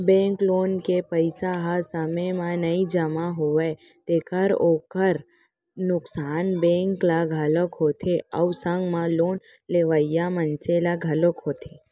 bank loan के पइसा ह समे म नइ जमा होवय तेखर ओखर नुकसान बेंक ल घलोक होथे अउ संग म लोन लेवइया मनसे ल घलोक होथे